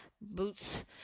boots